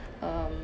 um